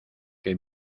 que